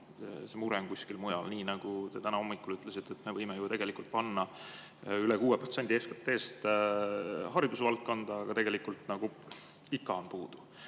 see mure on kuskil mujal. Nii nagu te täna hommikul ütlesite, et me võime ju panna üle 6% SKT‑st haridusvaldkonda, aga tegelikult ikka on puudu.